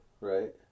Right